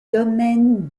domaine